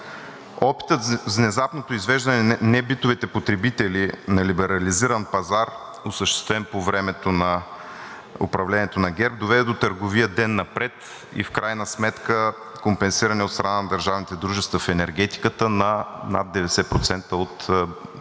Опитът за внезапното извеждане на небитовите потребители на либерализиран пазар осъществен по времето на управлението на ГЕРБ, доведе до търговия ден напред и в крайна сметка компенсиране от страна на държавните дружества в енергетиката на над 90% от